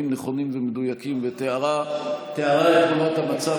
נכונים ומדויקים ותיארה את תמונת המצב.